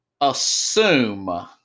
assume